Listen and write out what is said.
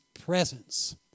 presence